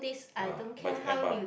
ah by